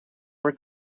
were